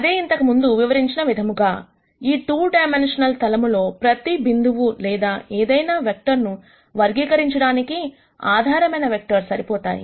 అదే ఇంతకు ముందు వివరించిన విధంగా ఈ 2 డైమన్షనల్ తలములో ప్రతి బిందువు లేదా ఏదైనా వెక్టర్ ను వర్గీకరించడానికి ఆధారమైన వెక్టర్స్ సరిపోతాయి